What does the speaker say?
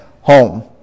home